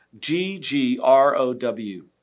G-G-R-O-W